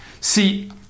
See